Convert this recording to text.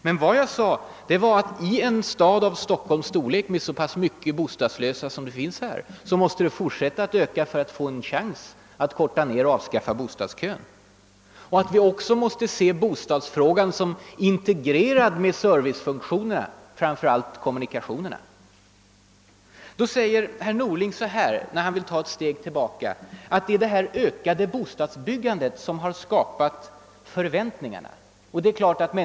Men jag sade också att i en stad av Storstockholms storlek med så många bostadslösa och bostadssökande måste bostadsbyggandet fortsätta att öka om vi skall få en chans att rejält korta ned bostadskön. Vidare betonade jag att vi måste se bostadsfrågan som integrerad med servicefunktionerna, framför allt kommunikationerna. Herr Norling svarar då att det är det ökade bostadsbyggandet som har skapat förväntningarna.